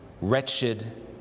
wretched